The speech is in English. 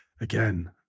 again